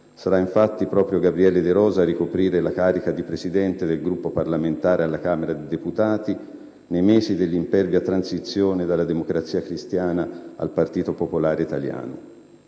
sarà proprio Gabriele De Rosa a ricoprire la carica di presidente del Gruppo parlamentare al Senato nei mesi dell'impervia transizione dalla Democrazia cristiana al Partito popolare italiano.